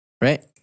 Right